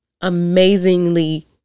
amazingly